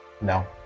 No